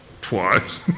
Twice